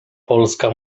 polska